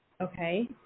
Okay